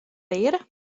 leare